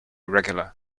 regular